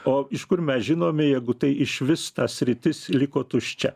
o iš kur mes žinome jeigu tai išvis ta sritis liko tuščia